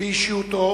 באישיותו